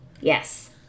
Yes